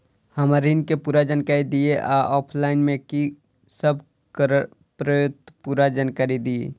हम्मर ऋण केँ पूरा जानकारी दिय आ ऑफलाइन मे की सब करऽ पड़तै पूरा जानकारी दिय?